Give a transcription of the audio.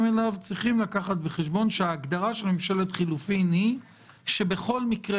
אליו צריכים לקחת בחשבון שההגדרה של ממשלת חילופים היא שבכל מקרה